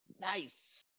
Nice